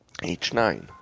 H9